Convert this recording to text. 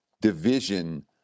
Division